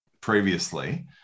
previously